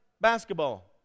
basketball